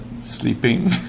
sleeping